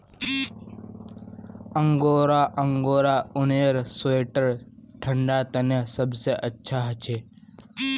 angora angora ऊनेर sweater ठंडा तने सबसे अच्छा हछे